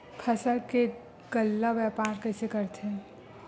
फसल के गल्ला व्यापार कइसे करथे?